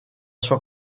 sua